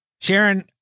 Sharon